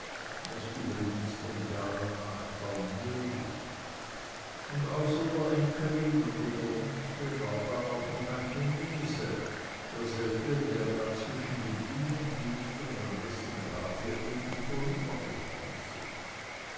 was übrigens den jahren nach kaum möglich und außer der enkelin oder der nichte war da auch noch ein chinese derselbe der da zwischen den dünen liegt und an dessen grab wir eben vorübergekommen sind